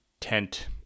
tent